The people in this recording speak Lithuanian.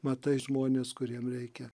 matai žmones kuriem reikia